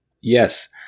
yes